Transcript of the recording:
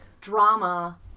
drama